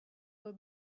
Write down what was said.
will